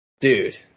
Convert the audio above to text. Dude